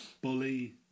bully